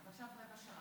רבע שעה